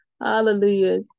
Hallelujah